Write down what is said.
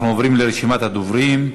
אנחנו עוברים לרשימת הדוברים.